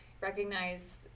recognize